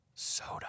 Soda